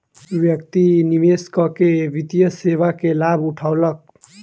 व्यक्ति निवेश कअ के वित्तीय सेवा के लाभ उठौलक